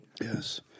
Yes